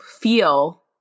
feel